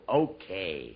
okay